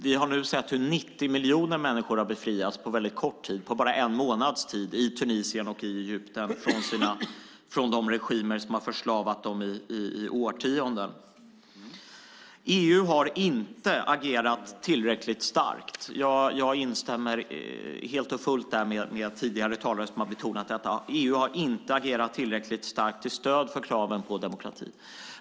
Vi har nu sett hur 90 miljoner människor har befriats på kort tid - bara en månads tid - i Tunisien och Egypten från de regimer som har förslavat dem i årtionden. EU har inte agerat tillräckligt starkt. Jag instämmer helt och fullt med tidigare talare som har betonat detta; EU har inte agerat tillräckligt starkt till stöd för kraven på demokrati.